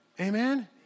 Amen